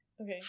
Okay